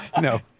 No